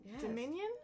Dominion